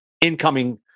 incoming